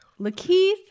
Lakeith